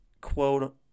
quote